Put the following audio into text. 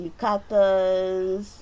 yukatas